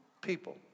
people